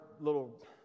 little